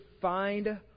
find